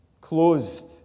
closed